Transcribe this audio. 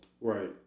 Right